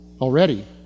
already